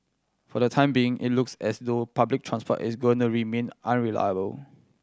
for the time being it looks as though public transport is going to remain unreliable